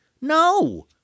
No